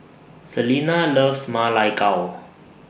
Selena loves Ma Lai Gao